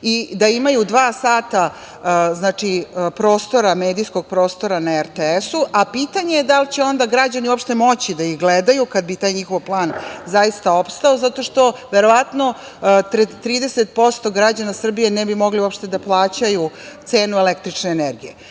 i da imaju dva sata medijskog prostora na RTS-u, a pitanje je onda da li će građani uopšte moći da gledaju kada bi taj njihov plan zaista opstao, zato što verovatno 30% građana Srbije ne bi mogli uopšte da plaćaju cenu električne energije. Znači,